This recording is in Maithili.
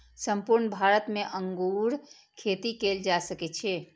संपूर्ण भारत मे अंगूर खेती कैल जा सकै छै